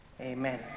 amen